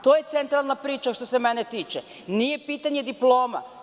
To je centralna priča što se mene tiče, nije pitanje diploma.